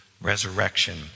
resurrection